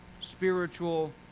spiritual